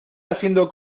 haciendo